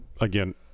Again